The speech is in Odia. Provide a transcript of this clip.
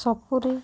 ସପୁରୀ